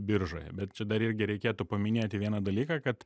biržoje bet čia dar ir reikėtų paminėti vieną dalyką kad